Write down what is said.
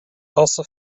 also